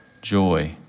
joy